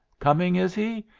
coming, is he?